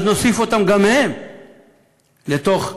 אז נוסיף גם אותם הם למצב הזה,